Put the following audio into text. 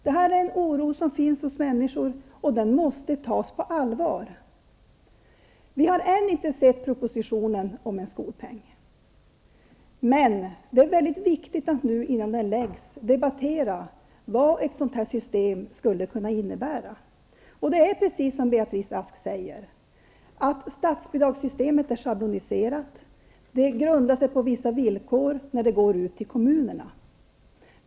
Detta är en oro som finns hos människor, och den måste tas på allvar. Vi har ännu inte sett propositionen om en skolpeng, och innan den läggs fram är det viktigt att debattera vad ett sådant system skulle kunna innebära. Det är precis som Beatrice Ask säger, att statsbidragssystemet är schabloniserat, och bidraget som går ut till kommunerna grundas på vissa villkor.